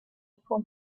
for